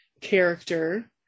character